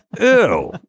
Ew